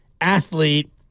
athlete